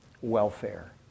welfare